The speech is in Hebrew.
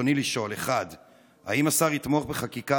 רצוני לשאול: 1. האם השר יתמוך בחקיקה